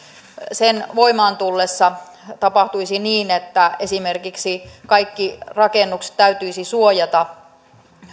sen voimaan tullessa tapahtuisi niin että esimerkiksi kaikki rakennukset täytyisi suojata